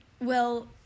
Well-